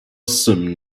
jsem